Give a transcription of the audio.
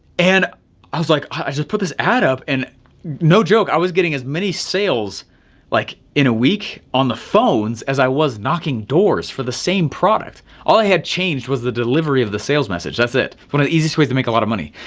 and i was like i just put this ad up and no joke, i was getting as many sales like in a week on the phones as i was knocking doors for the same product. all i had changed was the delivery of the sales message that's it, one of the easiest way to make a lot of money.